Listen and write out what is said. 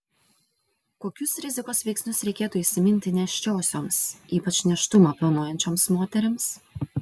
kokius rizikos veiksnius reikėtų įsiminti nėščiosioms ypač nėštumą planuojančioms moterims